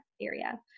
area